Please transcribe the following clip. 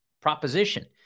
proposition